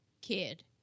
kid